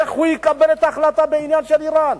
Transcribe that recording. איך הוא יקבל את ההחלטה בעניין של אירן?